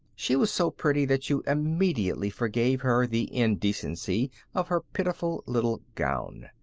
she was so pretty that you immediately forgave her the indecency of her pitiful little gown.